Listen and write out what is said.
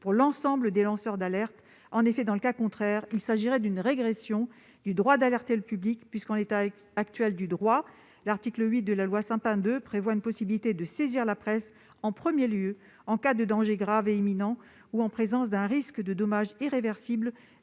pour l'ensemble des lanceurs d'alerte. En effet, dans le cas contraire, il s'agirait d'une régression du droit d'alerter le public puisque, en l'état actuel du droit, l'article 8 de la loi Sapin II prévoit une possibilité de saisir la presse en premier lieu en cas de danger grave et imminent ou en présence d'un risque de dommages irréversibles,